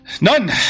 None